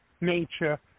nature